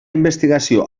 investigació